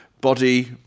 Body